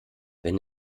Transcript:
wenn